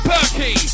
Perky